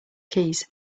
keys